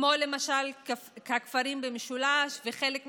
כמו למשל הכפרים במשולש וחלק מהגליל,